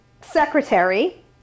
secretary